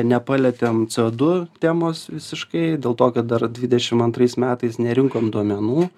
nepalietėm co du temos visiškai dėl to kad dar dvidešim antrais metais nerinkom duomenų